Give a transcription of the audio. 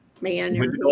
man